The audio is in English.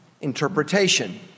interpretation